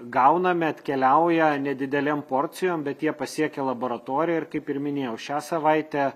gaunami atkeliauja nedidelėm porcijom bet jie pasiekia laboratoriją ir kaip ir minėjau šią savaitę